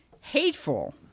hateful